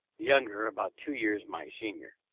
the youngest about two years my senior.